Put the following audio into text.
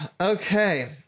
Okay